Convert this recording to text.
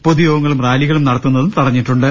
പൊതുയോഗങ്ങളും rally കളും നടത്തുന്നതും തടഞ്ഞിട്ടുണ്ട്